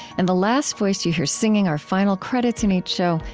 and the last voice you hear, singing our final credits in each show,